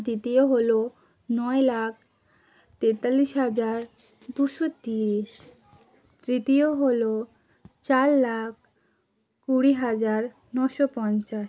দ্বিতীয় হল নয় লাখ তেতাল্লিশ হাজার দুশো তিরিশ তৃতীয় হল চার লাখ কুড়ি হাজার নশো পঞ্চাশ